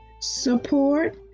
support